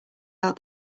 out